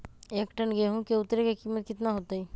एक टन गेंहू के उतरे के कीमत कितना होतई?